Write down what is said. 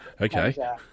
Okay